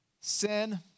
Sin